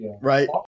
Right